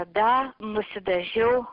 tada nusidažiau